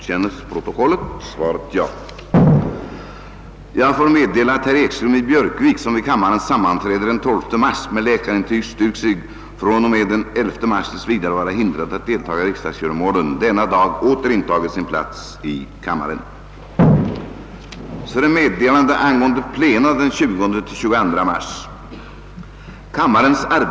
Kammarens arbetsplenum onsdagen den 20 mars kl.